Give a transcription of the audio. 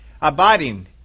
Abiding